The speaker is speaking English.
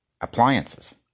appliances